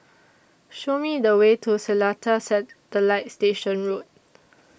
Show Me The Way to Seletar Satellite Station Road